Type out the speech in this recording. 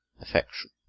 affection